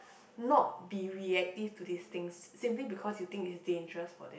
not be reactive to these things simply because you think it's dangerous for them